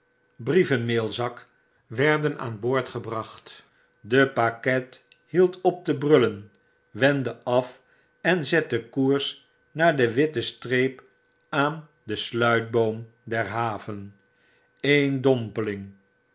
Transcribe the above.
brievenmaalzak werden aan boord gebracht de pakket hield op te brullen wendde af en zette koers naar de witte streep aandensluitboom der haven een dorapeling